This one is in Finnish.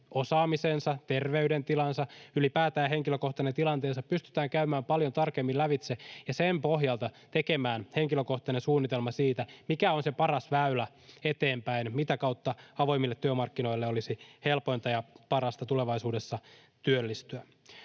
osaamisensa, terveydentilansa, ylipäätään henkilökohtainen tilanteensa pystytään käymään paljon tarkemmin lävitse ja sen pohjalta tekemään henkilökohtainen suunnitelma siitä, mikä on se paras väylä eteenpäin, mitä kautta avoimille työmarkkinoille olisi helpointa ja parasta tulevaisuudessa työllistyä.